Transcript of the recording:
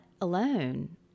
alone